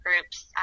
groups